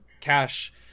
cash